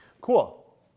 cool